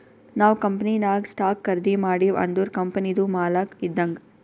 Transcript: ನಾವ್ ಕಂಪನಿನಾಗ್ ಸ್ಟಾಕ್ ಖರ್ದಿ ಮಾಡಿವ್ ಅಂದುರ್ ಕಂಪನಿದು ಮಾಲಕ್ ಇದ್ದಂಗ್